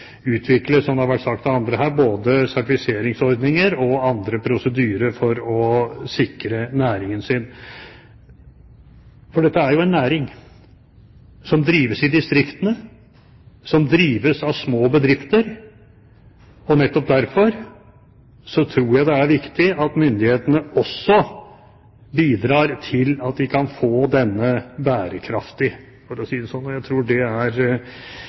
utvikle, som det har vært sagt av andre her, både sertifiseringsordninger og andre prosedyrer for å sikre næringen sin. For dette er jo en næring, som drives i distriktene, som drives av små bedrifter, og nettopp derfor tror jeg det er viktig at myndighetene også bidrar til at de kan få denne bærekraftig, for å si det slik. Jeg tror det er